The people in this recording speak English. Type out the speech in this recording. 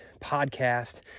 podcast